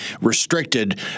restricted